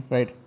Right